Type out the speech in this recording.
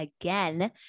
again